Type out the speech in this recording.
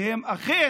כי הם אכן